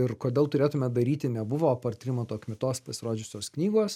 ir kodėl turėtume daryti nebuvo apart rimanto kmitos pasirodžiusios knygos